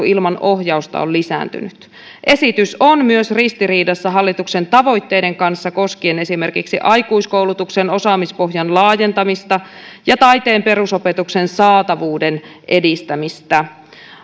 ilman ohjausta on lisääntynyt esitys on myös ristiriidassa hallituksen tavoitteiden kanssa koskien esimerkiksi aikuiskoulutuksen osaamispohjan laajentamista ja taiteen perusopetuksen saatavuuden edistämistä